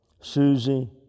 Susie